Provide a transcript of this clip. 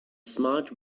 smart